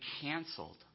canceled